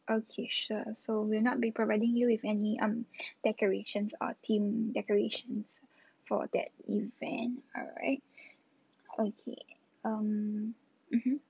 okay sure so we'll not be providing you with any um decorations or themed decorations for that event alright okay um mmhmm